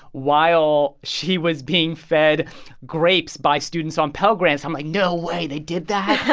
while she was being fed grapes by students on pell grants. i'm like, no way. they did that?